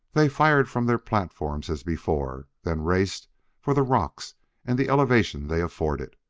they fired from their platforms as before, then raced for the rocks and the elevation they afforded,